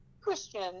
Christian